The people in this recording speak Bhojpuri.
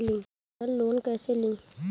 परसनल लोन कैसे ली?